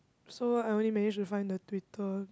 so I only managed to find the twitter